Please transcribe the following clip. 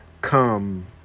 come